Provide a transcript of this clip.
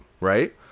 right